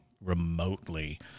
remotely—